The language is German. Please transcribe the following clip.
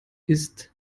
ist